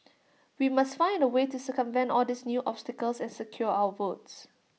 we must find A way to circumvent all these new obstacles and secure our votes